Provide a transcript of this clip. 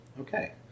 Okay